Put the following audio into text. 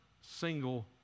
single